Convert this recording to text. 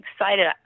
excited